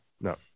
no